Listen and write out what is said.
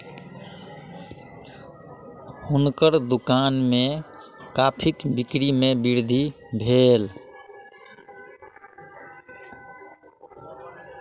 हुनकर दुकान में कॉफ़ीक बिक्री में वृद्धि भेल